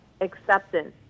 acceptance